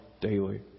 daily